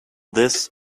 this